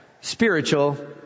Spiritual